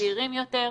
צעירים יותר,